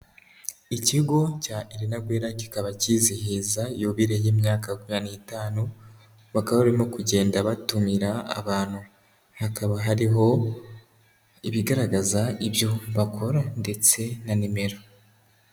Ikigo cya Elena Guerra kikaba kizihiza yubire y'imyaka makumyabiri n'itanu, bakaba barimo kugenda batumira abantu. Hakaba hariho ibigaragaza ibyo bakora ndetse na nimero.